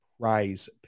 prize